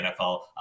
NFL